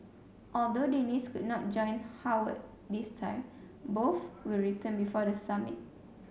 although Dennis could not join Howard this time both will return before the summit